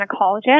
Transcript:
gynecologist